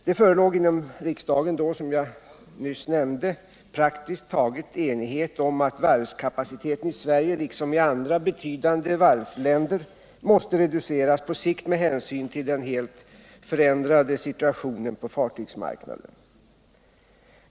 Det förelåg inom riksdagen då, som jag nyss nämnde, praktiskt taget enighet om att varvskapaciteten i Sverige liksom i andra betydande varvsländer måste reduceras på sikt med hänsyn till den helt förändrade situationen på fartygsmarknaden.